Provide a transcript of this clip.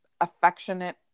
affectionate